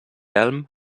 elm